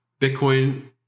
Bitcoin